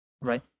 Right